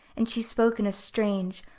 and she spoke in a strange,